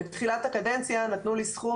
בתחילת הקדנציה נתנו לי סכום,